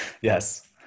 Yes